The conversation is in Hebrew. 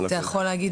אתה יכול כן להגיד